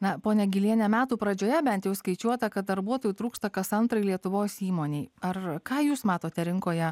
na pone giliene metų pradžioje bent jau skaičiuota kad darbuotojų trūksta kas antrai lietuvos įmonei ar ką jūs matote rinkoje